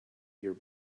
your